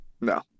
No